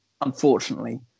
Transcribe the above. unfortunately